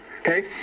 okay